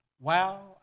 Wow